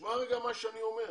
תשמע רגע מה שאני אומר.